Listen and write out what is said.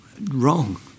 Wrong